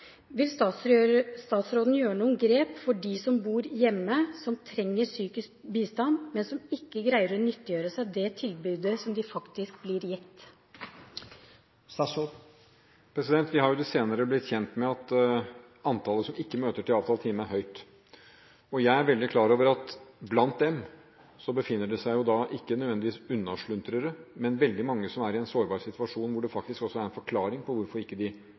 Vil statsråden gjøre noen grep for de som bor hjemme, og som trenger psykisk bistand, men som ikke greier å nyttiggjøre seg det tilbudet de faktisk blir gitt? Vi har i det siste blitt kjent med at antallet som ikke møter til avtalt time, er høyt. Jeg er veldig klar over at det blant dem befinner seg ikke nødvendigvis unnasluntrere, men veldig mange som er i en sårbar situasjon, hvor det faktisk også er en forklaring på hvorfor de ikke